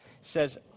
says